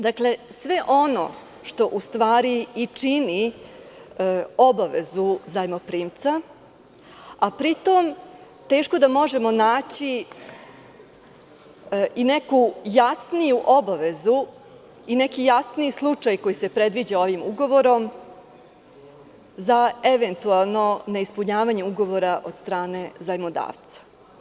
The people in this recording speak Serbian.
Dakle sve ono u stvari i čini obavezu zajmoprimca, a pri tom teško da možemo naći i neku jasniju obavezu i neki jasniji slučaj koji se previđa ovim ugovorom za eventualno neispunjavanje ugovora od strane zajmodavca.